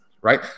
right